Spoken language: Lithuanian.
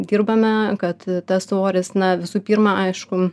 dirbame kad tas svoris na visų pirma aišku